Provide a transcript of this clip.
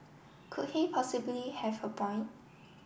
could he possibly have a point